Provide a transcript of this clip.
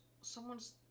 someone's